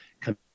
come